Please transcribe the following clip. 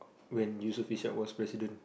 when Yusof-Ishak was president